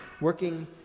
working